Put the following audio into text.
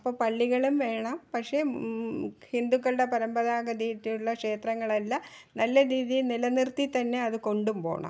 അപ്പം പള്ളികളും വേണം പക്ഷേ ഹിന്ദുക്കളുടെ പരമ്പരാഗത രീതിയിലുള്ള ക്ഷേത്രങ്ങളെല്ലാം നല്ല രീതിയിൽ നില നിർത്തി തന്നെ അതു കൊണ്ടും പോകണം